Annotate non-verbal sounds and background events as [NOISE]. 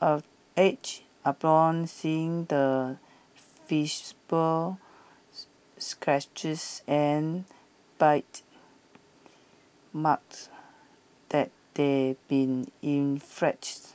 [UNINTELLIGIBLE] aged upon seeing the visible [UNINTELLIGIBLE] scratches and bite marks that [UNINTELLIGIBLE] been [UNINTELLIGIBLE]